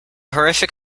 horrific